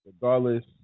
regardless